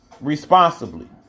responsibly